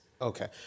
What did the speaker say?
Okay